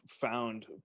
found